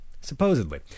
supposedly